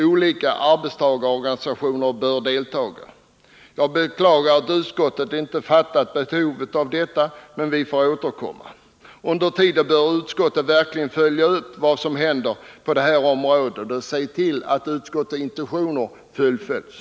Olika arbetstagarorganisationer bör deltaga. Jag beklagar att utskottet inte har fattat behovet av detta, men vi får återkomma. Under tiden bör utskottet verkligen följa upp vad som händer på detta område och se till att utskottets intentioner följs.